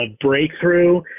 breakthrough